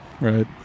Right